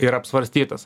ir apsvarstytas